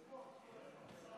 בבקשה.